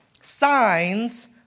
Signs